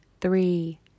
three